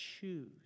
choose